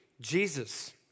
Jesus